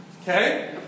Okay